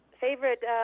favorite